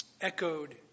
echoed